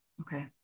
Okay